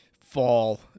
fall